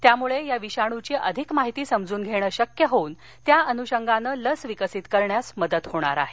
यामुळे या विषाणूची अधिक माहिती समजून घेणं शक्य होऊन त्या अनुषंगानं लस विकसित करण्यास मदत होणार आहे